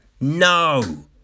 No